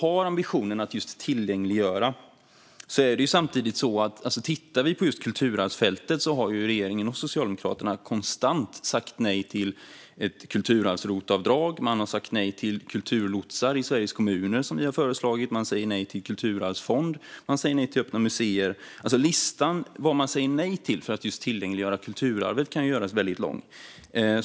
Ambitionen sägs vara att just tillgängliggöra, men regeringen och Socialdemokraterna säger konstant nej till ett ROT-avdrag för kulturarv och till kulturlotsar i Sveriges kommuner, som vi har föreslagit. Man säger nej till en kulturarvsfond och till öppna museer. Listan på vad man säger nej till som skulle kunna tillgängliggöra kulturarvet kan göras lång.